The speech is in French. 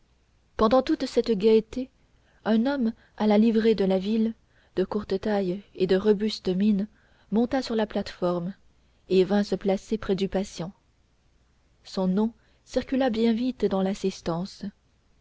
pendant toute cette gaieté un homme à la livrée de la ville de courte taille et de robuste mine monta sur la plate-forme et vint se placer près du patient son nom circula bien vite dans l'assistance